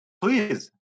Please